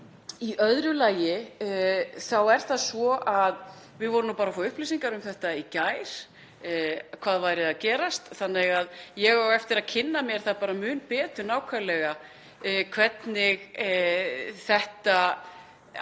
Í öðru lagi er það svo að við vorum nú bara að fá upplýsingar um það í gær hvað væri að gerast, þannig að ég á eftir að kynna mér það mun betur nákvæmlega hvernig þetta allt er